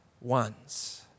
ones